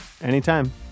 Anytime